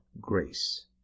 grace